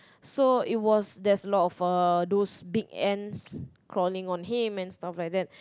so it was there's a lot of uh those big ants crawling on him and stuff like that